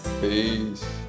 Peace